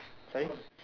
sorry